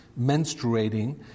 menstruating